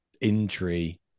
injury